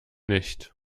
nicht